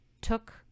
took